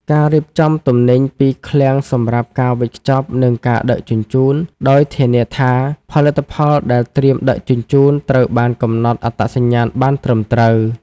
ការរៀបចំទំនិញពីឃ្លាំងសម្រាប់ការវេចខ្ចប់ និងការដឹកជញ្ជូន ដោយធានាថាផលិតផលដែលត្រៀមដឹកជញ្ជូនត្រូវបានកំណត់អត្តសញ្ញាណបានត្រឹមត្រូវ។